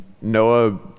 Noah